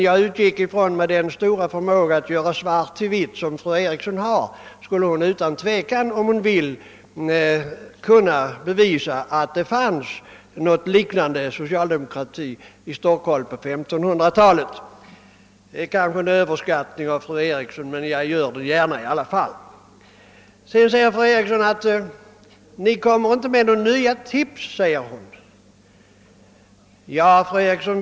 Jag utgick från att fru Eriksson, med sin förmåga att göra svart till vitt, utan tvivel — om hon ville — skulle kunna bevisa att det fanns något liknande socialdemokrati i Stockholm på 1500-talet. Kanske det är en Överskattning av fru Eriksson, men jag vill gärna framföra mina synpunkter i alla fall. Fru Eriksson sade vidare att vi inte ger nya tips.